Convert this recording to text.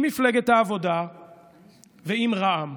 עם מפלגת העבודה ועם רע"מ.